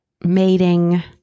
mating